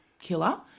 Killer